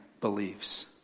believes